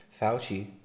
Fauci